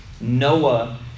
Noah